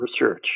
research